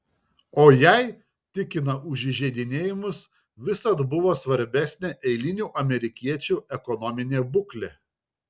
o jai tikina už įžeidinėjimus visad buvo svarbesnė eilinių amerikiečių ekonominė būklė